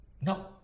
No